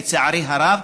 לצערי הרב,